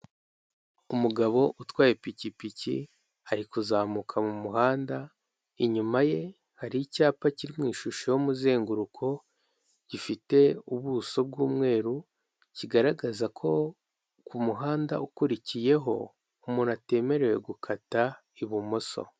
Umugabo utwaye ipikipiki ari kuzamuka mu muhanda inyuma ye hari icyapa kiri mu ishusho y'umuzenguruko gifite ubuso bw'umweru kigaragaza ko ku muhanda ukurikiyeho umuntu atemerewe gukata ibumoso.